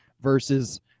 versus